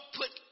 put